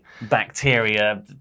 bacteria